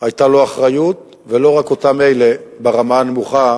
היתה לו אחריות, ולא רק אותם אלה ברמה הנמוכה,